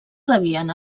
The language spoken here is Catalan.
rebien